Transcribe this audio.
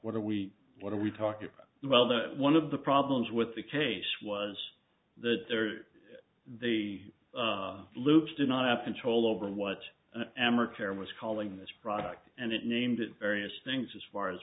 what are we what are we talking about whether one of the problems with the case was that there they are loops do not have control over what i am or karen was calling this product and it named it various things as far as